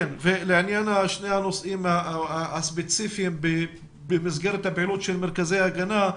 לעניין שני הנושאים הספציפיים במסגרת הפעילות של מרכזי ההגנה,